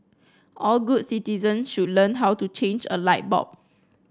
all good citizen should learn how to change a light bulb